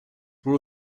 were